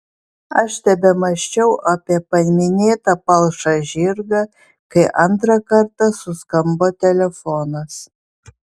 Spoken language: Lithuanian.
aš tebemąsčiau apie paminėtą palšą žirgą kai antrą kartą suskambo telefonas